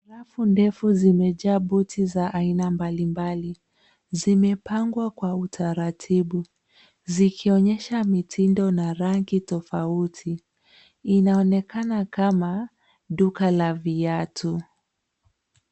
Rafu ndefu zimejaa buti za aina mbalimbali. Zimepangwa kwa utaratibu, zikionyesha mitindo na rangi tofauti. Inaoekana kama duka la viatu.